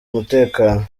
umutekano